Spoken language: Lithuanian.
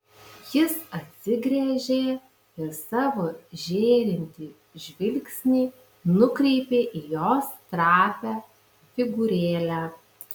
jis atsigręžė ir savo žėrintį žvilgsnį nukreipė į jos trapią figūrėlę